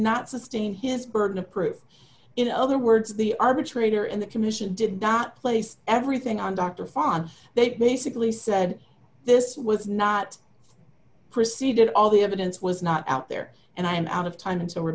not sustain his burden of proof in other words the arbitrator in the commission did not place everything on dr fine they basically said this was not preceded all the evidence was not out there and i'm out of time so we're